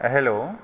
hello